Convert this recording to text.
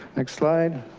next slide.